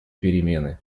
перемены